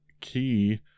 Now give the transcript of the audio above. key